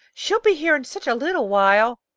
she'll be here in such a little while.